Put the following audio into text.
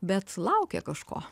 bet laukia kažko